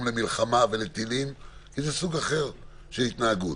למלחמה ולטילים כי זה סוג אחר של התנהגות.